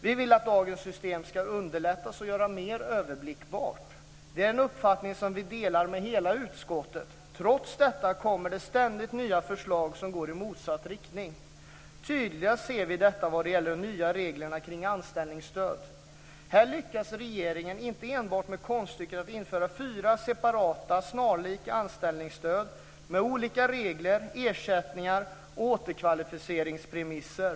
Vi vill att dagens system ska underlättas och göras mer överblickbart. Det är en uppfattning som vi delar med hela utskottet. Trots detta kommer det ständigt nya förslag som går i motsatt riktning. Tydligast ser vi detta vad gäller de nya reglerna kring anställningsstöd. Här lyckas regeringen med konststycket att införa fyra separata snarlika anställningsstöd med olika regler, ersättningar och återkvalificeringspremisser.